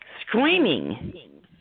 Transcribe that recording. screaming